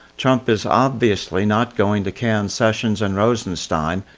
trump is obviously not going to can sessions and rosenstein,